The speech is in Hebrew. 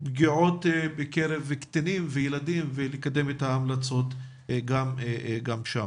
לפגיעות בקרב קטינים וילדים ולקדם את ההמלצות גם שם.